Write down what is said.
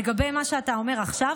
לגבי מה שאתה אומר עכשיו,